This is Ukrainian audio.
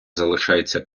залишається